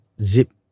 zip